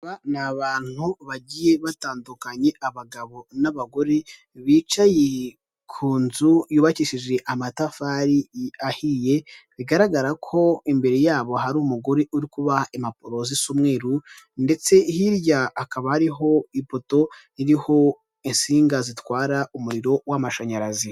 Aba ni abantu bagiye batandukanye abagabo n'abagore, bicaye ku nzu yubakishije amatafari ahiye, bigaragara ko imbere yabo hari umugore uri kubaha impapuro zisa umweru ndetse hirya hakaba hariho ipoto iriho insinga zitwara umuriro w'amashanyarazi.